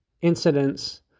incidents